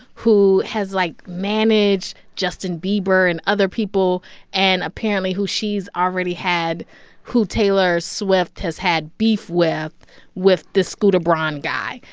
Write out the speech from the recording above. who has, like, managed justin bieber and other people and apparently who she's already had who taylor swift has had beef with with this scooter braun guy.